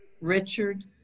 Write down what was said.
Richard